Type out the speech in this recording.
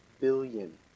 billion